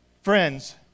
Friends